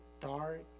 dark